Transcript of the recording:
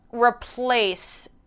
replace